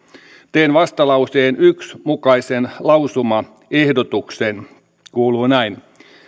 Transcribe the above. teen vastalauseen yhden mukaisen lausumaehdotuksen se kuuluu näin